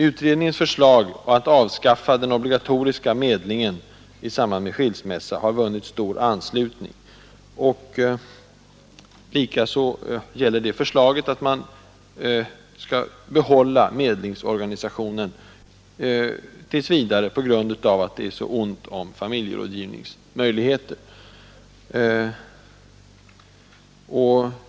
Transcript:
Utredningens förslag att avskaffa den obligatoriska medlingen i samband med skilsmässa har vunnit stor anslutning. Det gäller även förslaget att man tills vidare skall behålla medlingsorganisationen på grund av att det är så ont om familjerådgivningsmöjligheter.